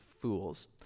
fools